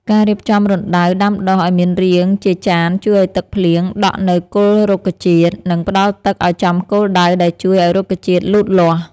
ការរៀបចំរណ្តៅដាំដុះឱ្យមានរាងជាចានជួយឱ្យទឹកភ្លៀងដក់នៅគល់រុក្ខជាតិ និងផ្តល់ទឹកឱ្យចំគោលដៅដែលជួយឱ្យរុក្ខជាតិលូតលាស់។